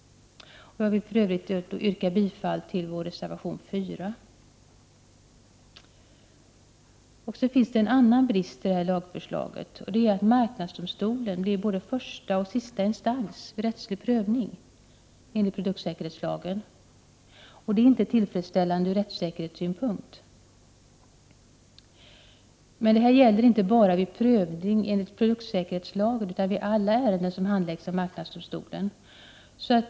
Jag vill för övrigt yrka bifall till vår reservation 4. Det finns en annan brist i lagförslaget, och det är att marknadsdomstolen blir både första och sista instans vid rättslig prövning enligt produktsäkerhetslagen. Det är inte tillfredsställande ur rättssäkerhetssynpunkt. Men det här gäller inte bara vid prövning enligt produktsäkerhetslagen utan vid alla ärenden som handläggs av marknadsdomstolen.